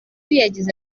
yagize